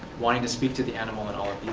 wanting to speak to the animal in all of you.